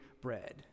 bread